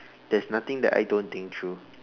there's nothing that I don't think through